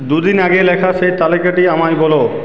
দু দিন আগে লেখা সেই তালিকাটা আমায় বলো